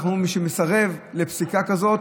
אנחנו אומרים: מי שמסרב לפסיקה כזאת,